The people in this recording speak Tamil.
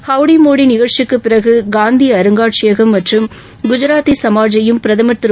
ஹவ்டி மோடி நிகழ்ச்சிக்குப் பிறகு காந்தி அருங்காட்சியகம் மற்றம் குஜராத்தி சமாஜையும் பிரதமா் திரு